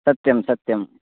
सत्यं सत्यम्